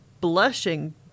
blushing